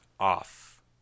off